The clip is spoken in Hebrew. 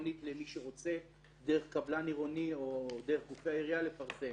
למי שרוצה דרך קבלן עירוני או דרך גופי העירייה לפרסם.